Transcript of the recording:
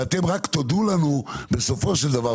ואתם רק תודו לנו בסופו של דבר,